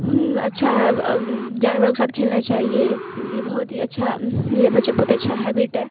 اچھا ہے جانوروں کے ساتھ کھیلنا چاہیے یہ بہت ہی اچھا یہ بہت اچھا ہیبٹ ہے